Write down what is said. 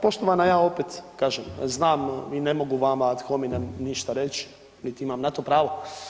Poštovana ja opet kažem, znam i ne mogu vama ad hominem ništa reći niti imam na to pravo.